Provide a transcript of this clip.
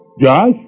Josh